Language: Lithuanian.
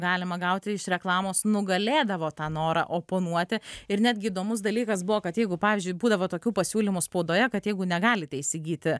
galima gauti iš reklamos nugalėdavo tą norą oponuoti ir netgi įdomus dalykas buvo kad jeigu pavyzdžiui būdavo tokių pasiūlymų spaudoje kad jeigu negalite įsigyti